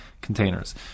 containers